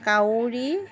কাউৰী